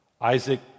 Isaac